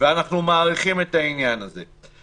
ואנחנו מעריכים את העניין הזה.